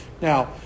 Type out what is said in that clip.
Now